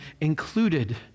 included